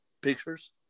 Pictures